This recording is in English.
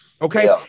Okay